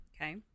Okay